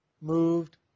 moved